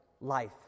life